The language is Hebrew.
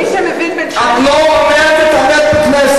מי שמבין מבין שנינו, את לא אומרת אמת בכנסת.